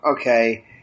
okay